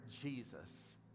Jesus